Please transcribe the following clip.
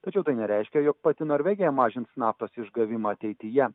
tačiau tai nereiškia jog pati norvegija mažins naftos išgavimą ateityje